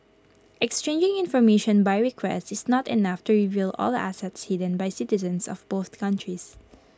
exchanging information by request is not enough to reveal all assets hidden by citizens of both countries